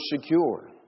secure